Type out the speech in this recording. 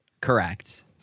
Correct